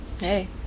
Hey